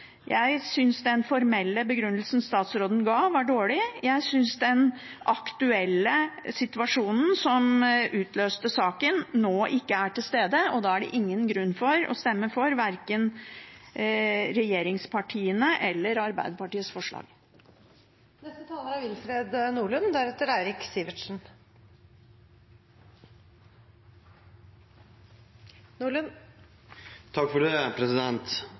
jeg synes den formelle begrunnelsen statsråden ga, var dårlig. Jeg synes den aktuelle situasjonen som utløste saken, nå ikke er til stede, og da er det ingen grunn til å stemme for verken regjeringspartienes eller Arbeiderpartiets forslag. Det var en litt spesiell innledning saksordføreren hadde, når han viste til at det